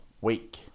week